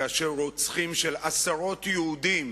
כאשר רוצחים של עשרות יהודים